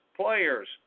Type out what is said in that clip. players